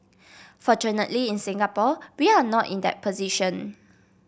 fortunately in Singapore we are not in that position